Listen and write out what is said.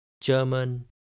German